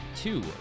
two